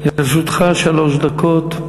ברשותך שלוש דקות.